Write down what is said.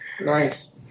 Nice